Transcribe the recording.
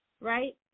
right